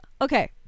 Okay